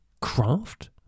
craft